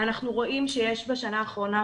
אנחנו רואים שיש בשנה האחרונה,